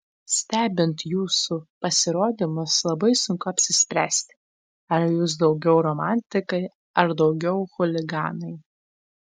stebint jūsų pasirodymus labai sunku apsispręsti ar jūs daugiau romantikai ar daugiau chuliganai